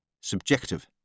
Subjective